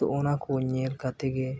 ᱛᱳ ᱚᱱᱟᱠᱚ ᱧᱮᱞ ᱠᱟᱛᱮᱫ ᱜᱮ